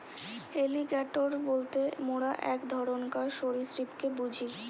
alligator বলতে মোরা এক ধরণকার সরীসৃপকে বুঝি